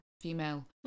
female